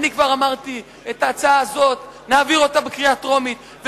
אני כבר אמרתי שאת ההצעה הזאת נעביר בקריאה טרומית,